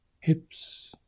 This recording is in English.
hips